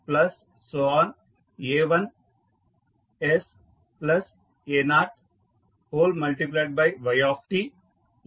snan 1sn 1